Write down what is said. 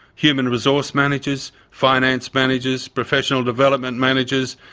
human resource managers, finance managers, professional development managers,